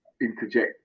interject